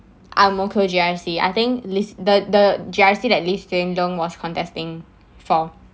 ang mo kio G_R_C I think listed the the G_R_C that lee hsien loong was contesting for